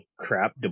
crap